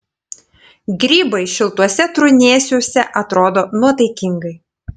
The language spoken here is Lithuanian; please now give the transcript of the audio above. grybai šiltuose trūnėsiuose atrodo nuotaikingai